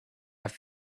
have